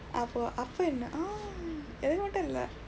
அப்போ அப்பா என்ன:appoo appaa enna oh எனக்கு மட்டும் இல்லை:enakku matdum illai